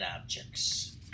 objects